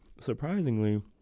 Surprisingly